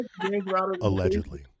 Allegedly